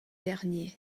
dernier